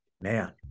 Man